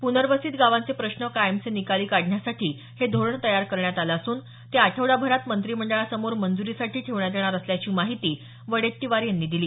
प्नर्वसित गावांचे प्रश्न कायमचे निकाली काढण्यासाठी हे धोरण तयार करण्यात आलं असून ते आठवडाभरात मंत्रिमंडळासमोर मंजूरीसाठी ठेवण्यात येणार असल्याची माहिती वडेट्टीवार यांनी दिली